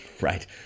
right